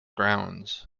grounds